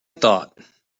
thought